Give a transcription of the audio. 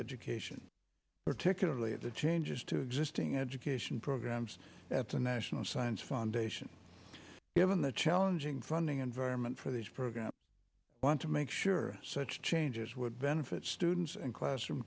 education particularly at the changes to existing education programs at the national science foundation given the challenging funding environment for these programs i want to make sure such changes would benefit students and classroom